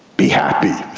be happy.